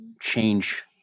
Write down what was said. change